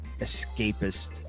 escapist